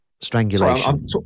Strangulation